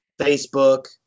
Facebook